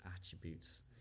attributes